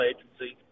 Agency